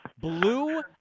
blue